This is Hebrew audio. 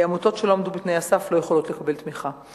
עמותות שלא עמדו בתנאי הסף, לא יכולות לקבל תמיכה.